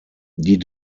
die